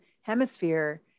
hemisphere